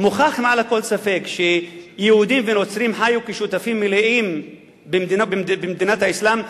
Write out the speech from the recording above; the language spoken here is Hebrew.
מוכח מעל לכל ספק שיהודים ונוצרים חיו כשותפים מלאים במדינת האסלאם,